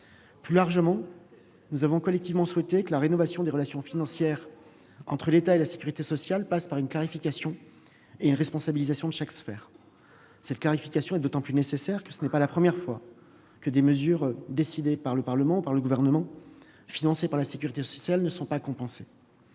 Plus largement, nous avons collectivement souhaité que la rénovation des relations financières entre l'État et la sécurité sociale passe par une clarification et une responsabilisation de chaque sphère. Cette clarification est d'autant plus nécessaire que ce n'est pas la première fois que des mesures décidées par le Gouvernement et par le Parlement et financées par la sécurité sociale ne sont pas compensées.